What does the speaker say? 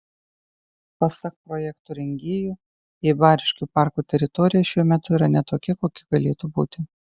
pasak projekto rengėjų eibariškių parko teritorija šiuo metu yra ne tokia kokia galėtų būti